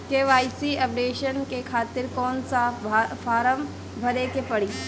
KYC updation के खातिर कौन सा फारम भरे के पड़ी?